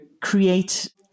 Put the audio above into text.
create